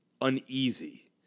uneasy